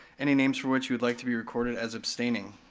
any names for which you'd like to be recorded as abstaining?